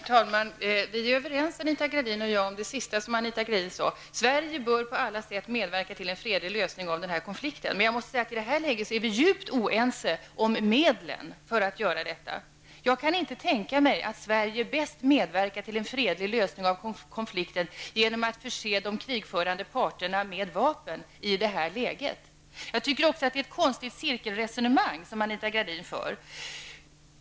Herr talman! Jag är överens med Anita Gradin om det senaste som hon sade. Sverige bör på alla sätt medverka till en fredlig lösning av den här konflikten. Men jag måste säga att vi i det här läget är djupt oense om medlen för detta. Jag kan inte tänka mig att Sverige bäst medverkar till en fredlig lösning i konflikten genom att förse de krigförande parterna med vapen. Jag tycker också att det är ett konstigt cirkelresonemang som Anita Gradin för.